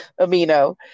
Amino